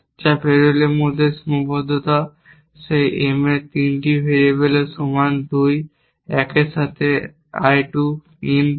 যা ভেরিয়েবলের মধ্যে সীমাবদ্ধতা সেই M এর 3টি ভেরিয়েবল সমান 2 I 1 এর সাথে I 2 IN তাই